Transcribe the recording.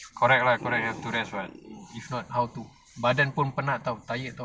correct lah correct you have to rest [what] if not how to badan pun penat [tau] tired [tau]